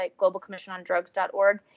globalcommissionondrugs.org